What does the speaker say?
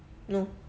no